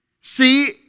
See